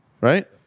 Right